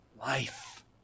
Life